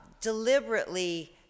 deliberately